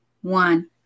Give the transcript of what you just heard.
one